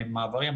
מעברים.